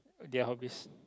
their hobbies